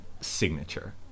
signature